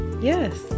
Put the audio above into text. Yes